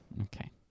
Okay